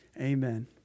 amen